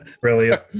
Brilliant